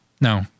no